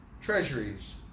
treasuries